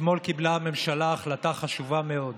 אתמול קיבלה הממשלה החלטה חשובה מאוד.